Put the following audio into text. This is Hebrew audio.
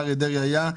כשאריה דרעי היה,